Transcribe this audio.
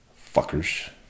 Fuckers